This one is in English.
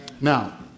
Now